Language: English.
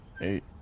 eight